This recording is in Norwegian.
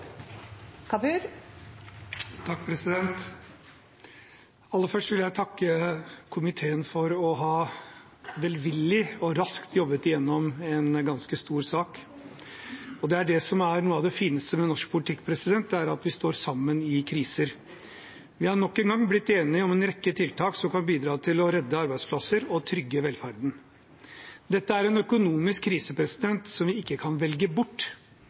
3 minutter. Aller først vil jeg takke komiteen for velvillig og raskt å ha jobbet igjennom en ganske stor sak. Det som er noe av det fineste med norsk politikk, er at vi står sammen i kriser. Vi har nok en gang blitt enige om en rekke tiltak som kan bidra til å redde arbeidsplasser og trygge velferden. Dette er en økonomisk krise som vi ikke kan velge bort.